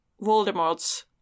Voldemort's